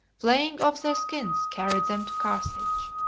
flaying off their skins, carried them to carthage.